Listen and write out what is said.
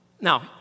Now